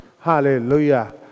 Hallelujah